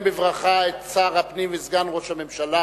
בברכה את שר הפנים וסגן ראש הממשלה,